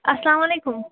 السلام علیکم